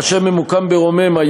אשר ממוקם ברוממה,